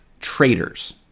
traitors